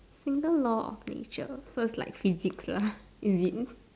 single law of nature so it's like physics lah is it